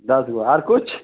दस हुआ और कुछ